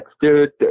Dude